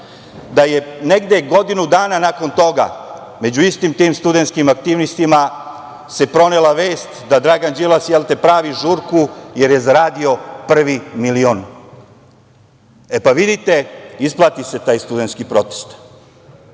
sredinama. Godinu dana nakon toga među istim tim studentskim aktivistima se pronela vest da Dragan Đilas pravi žurku jer je zaradio prvi milion. Vidite, isplati se taj studentski protest.